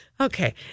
Okay